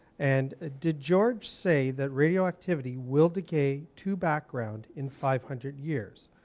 and ah did george say that radioactivity will decay to background in five hundred years?